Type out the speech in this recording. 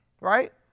right